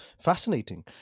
Fascinating